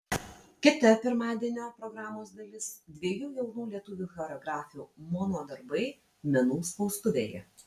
kita pirmadienio programos dalis dviejų jaunų lietuvių choreografių mono darbai menų spaustuvėje